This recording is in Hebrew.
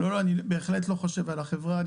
לא, אני בהחלט לא חושב על החברה.